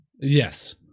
Yes